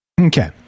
okay